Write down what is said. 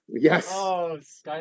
yes